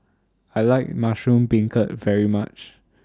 I like Mushroom Beancurd very much